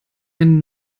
ein